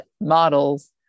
models